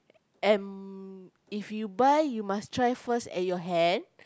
and if you buy you must try first at your hand